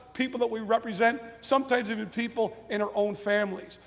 people that we represent, sometimes even people in our own families.